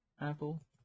Apple